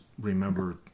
remember